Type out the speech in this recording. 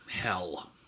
Hell